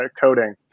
coding